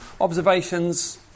observations